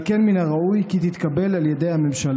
על כן, מן הראוי כי תתקבל על ידי הממשלה